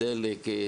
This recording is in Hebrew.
דלק,